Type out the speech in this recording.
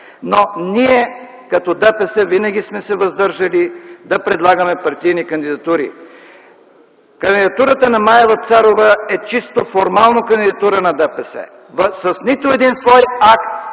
Но ние като ДПС винаги сме се въздържали да предлагаме партийни кандидатури. Кандидатурата на Мая Вапцарова е чисто формално кандидатура на ДПС. С нито един свой акт